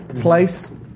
place